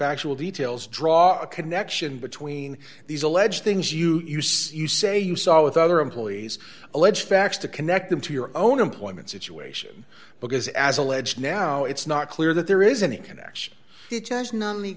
factual details draw a connection between these alleged things you use you say you saw with other employees alleged facts to connect them to your own employment situation because as alleged now it's not clear that there is any